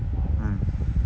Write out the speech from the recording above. mm